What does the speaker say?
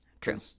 true